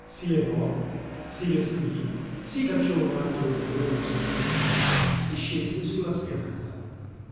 si levò si vestí si cacciò un altro librone sotto il braccio e scese su la spianata